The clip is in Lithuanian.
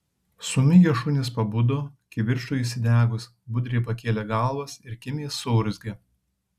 sumigę šunys pabudo kivirčui įsidegus budriai pakėlė galvas ir kimiai suurzgė